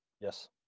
Yes